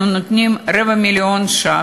אנחנו נותנים רבע מיליון שקלים,